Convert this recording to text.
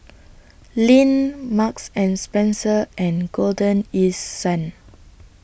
Lindt Marks and Spencer and Golden East Sun